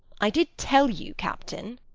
i did tell you, captain.